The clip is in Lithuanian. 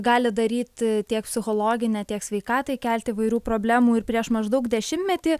gali daryti tiek psichologinę tiek sveikatai kelti įvairių problemų ir prieš maždaug dešimtmetį